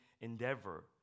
endeavor